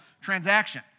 transaction